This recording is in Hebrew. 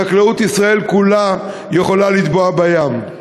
חקלאות ישראל כולה יכולה לטבוע בים.